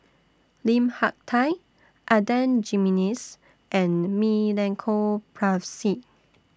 Lim Hak Tai Adan Jimenez and Milenko Prvacki